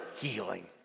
healing